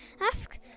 ask